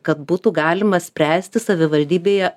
kad būtų galima spręsti savivaldybėje